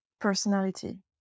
personality